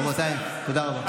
רבותיי, תודה רבה.